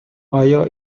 آیا